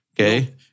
Okay